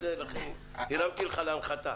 הרמתי לך להנחתה.